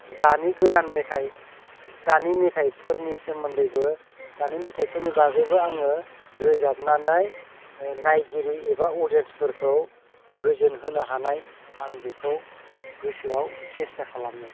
दानि गोदान मेथाइ दानि मेथाइफोरनि सोमोन्दैबो दानि मेथाइफोरनि बागैबो आङो रोजाबनानै नायगिरि एबा अदियेनसफोरखौ गोजोन होनो हानाय आं बेखौ गोसोयाव सेस्था खालामो